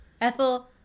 ethel